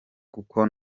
kuko